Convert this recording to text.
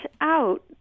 out